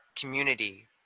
community